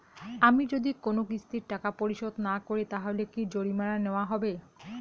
আমি যদি কোন কিস্তির টাকা পরিশোধ না করি তাহলে কি জরিমানা নেওয়া হবে?